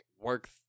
work